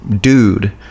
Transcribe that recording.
dude